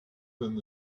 than